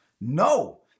No